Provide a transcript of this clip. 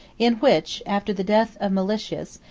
in which, after the death of meletius,